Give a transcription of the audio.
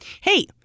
Hey